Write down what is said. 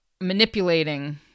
manipulating